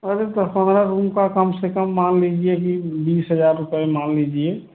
अरे दस पंद्रह रूम का काम से कम मान लीजिए कि बीस हज़ार रुपये मान लीजिए